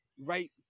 right